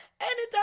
Anytime